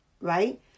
right